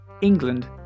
England